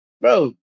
bro